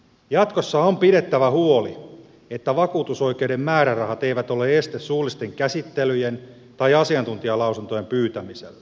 jatkossa on pidettävä huoli että vakuutusoi keuden määrärahat eivät ole este suullisten käsittelyjen tai asiantuntijalausuntojen pyytämiselle